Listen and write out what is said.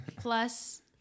Plus